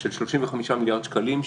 של 35 מיליארד שקלים,